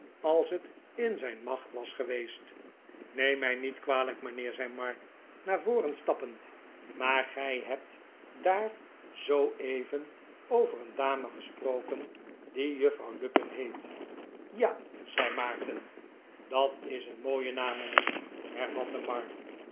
als het in zijn macht was geweest r neem mij niet kwalijk mijnheer zei mark naar voren stappend maar gij hebt daar zooeven over een dame gesproken die juffrouw lupin heet r ja zei maarten dat is een mooie naam mijnheer hervatte mark